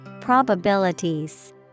probabilities